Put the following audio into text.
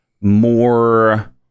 more